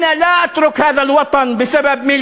הסתיים הזמן, זהו.